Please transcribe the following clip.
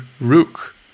Rook